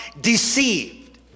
deceived